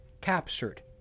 captured